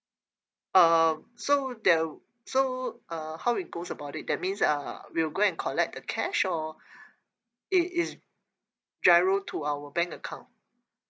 um so the so uh how it goes about it that means uh we'll go and collect the cash or it is giro to our bank account